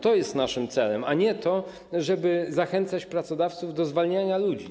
To jest naszym celem, a nie to, żeby zachęcać pracodawców do zwalniania ludzi.